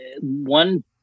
one